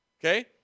Okay